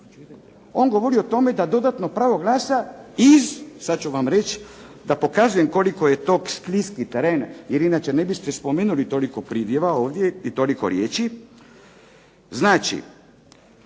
on govori o tome da dodatno pravo glasa iz, sada ću vam reći, da pokazujem koliko je to skliski teren, jer inače ne biste spomenuli toliko pridjeva ovdje i toliko riječi: